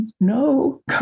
no